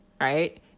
right